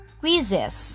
quizzes